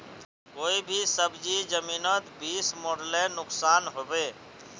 कोई भी सब्जी जमिनोत बीस मरले नुकसान होबे?